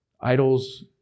Idols